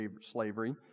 slavery